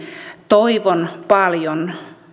toivon paljon